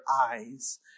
eyes